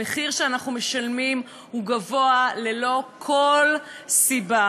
המחיר שאנחנו משלמים הוא גבוה ללא כל סיבה.